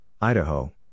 Idaho